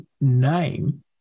name